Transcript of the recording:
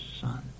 Son